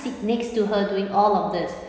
sit next to her doing all of this